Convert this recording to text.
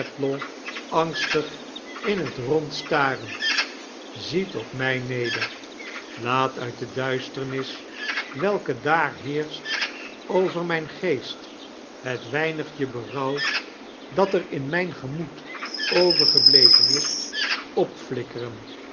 angstig in het rond starend ziet op mij neder laat uit de duisternis welke daar heerscht over mijn geest het weinigje berouw dat er in mijn gemoed overgebleven is opflikkeren